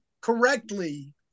correctly